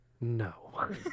no